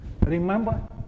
Remember